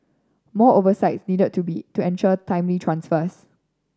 more oversight needed to be to ensure timely transfers